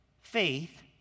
Faith